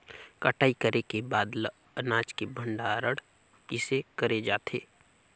कटाई करे के बाद ल अनाज के भंडारण किसे करे जाथे?